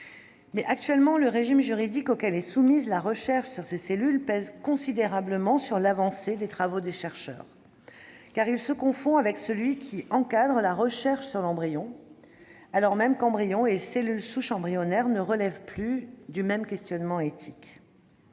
diabète. Seulement, le régime juridique auquel la recherche sur ces cellules est actuellement soumise pèse considérablement sur l'avancée des travaux des chercheurs, car il se confond avec celui qui encadre la recherche sur l'embryon, alors même qu'embryon et cellules souches embryonnaires ne relèvent plus du même questionnement éthique.